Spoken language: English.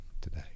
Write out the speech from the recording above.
today